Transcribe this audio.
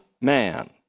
man